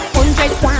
Hundreds